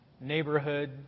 neighborhood